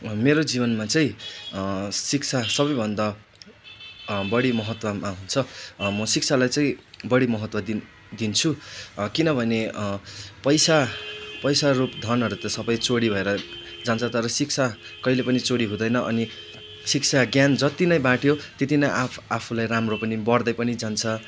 मेरो जीवनमा चाहिँ शिक्षा सबैभन्दा बढी महत्त्वमा हुन्छ म शिक्षालाई चाहिँ बढी महत्त्व दिन दिन्छु किनभने पैसा पैसा रूप धनहरू त सबै चोरी भएर जान्छ तर शिक्षा कहिले पनि चोरी हुँदैन अनि शिक्षा ज्ञान जति नै बाट्यो त्यति नै आफ आफुलाई राम्रो पनि बड्दै पनि जान्छ